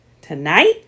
Tonight